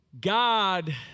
God